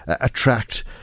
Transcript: attract